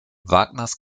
wagners